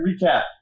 recap